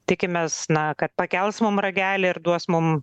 tikimės na kad pakels mum ragelį ir duos mum